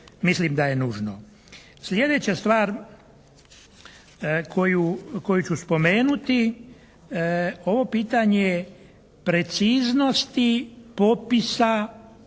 Sljedeća stvar koju ću spomenuti, ovo pitanje preciznosti popisa u